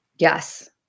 Yes